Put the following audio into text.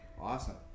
Awesome